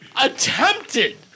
attempted